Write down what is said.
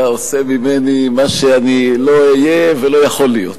אתה עושה ממני מה שאני לא אהיה ולא יכול להיות.